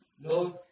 No